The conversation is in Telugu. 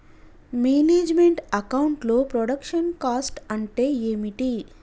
మేనేజ్ మెంట్ అకౌంట్ లో ప్రొడక్షన్ కాస్ట్ అంటే ఏమిటి?